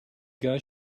guys